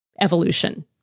evolution